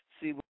See